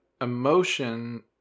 emotion